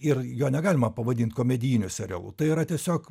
ir jo negalima pavadint komedijiniu serialu tai yra tiesiog